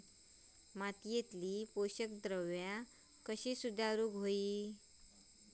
मातीयेतली पोषकद्रव्या कशी सुधारुक होई?